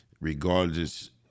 regardless